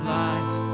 life